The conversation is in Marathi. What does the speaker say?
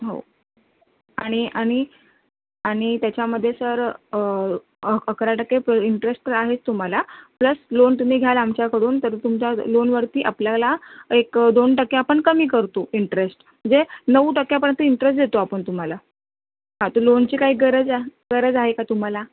हो आणि आणि आणि त्याच्यामध्ये सर अकरा टक्के प् इंटरेश्ट तर आहेच तुम्हाला प्लस लोन तुम्ही घ्याल आमच्याकडून तर तुमच्या ल् लोनवरती आपल्याला एक दोन टक्के आपण कमी करतो इंटरेस्ट म्हणजे नऊ टक्क्यांपर्यंत इंटरेस्ट देतो आपण तुम्हाला हां तर लोनची काही गरज आह् गरज आहे का तुम्हाला